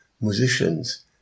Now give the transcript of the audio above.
musicians